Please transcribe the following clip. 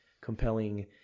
compelling